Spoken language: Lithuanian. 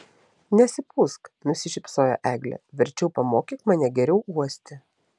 nesipūsk nusišypsojo eglė verčiau pamokyk mane geriau uosti